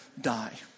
die